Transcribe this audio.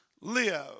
live